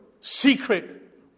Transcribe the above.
secret